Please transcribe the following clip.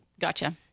gotcha